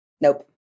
Nope